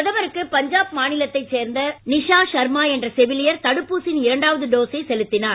பிரதமருக்கு பஞ்சாப் மாநிலத்தைச் சேர்ந்த நிஷா ஷர்மா என்ற செவிலியர் தடுப்பூசியின் இரண்டாவது டோசை செலுத்தினார்